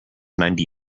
ninety